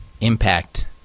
impact